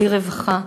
בלי רווחה,